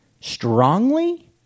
strongly